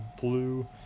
blue